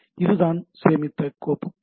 இது நான் சேமித்த கோப்பு பெயர்